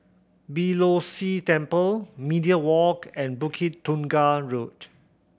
Beeh Low See Temple Media Walk and Bukit Tunggal Road